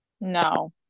No